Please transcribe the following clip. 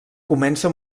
comença